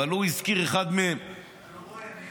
אבל הוא הזכיר אחד מהם -- אתה לא רואה.